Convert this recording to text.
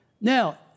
Now